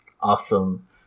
Awesome